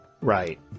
Right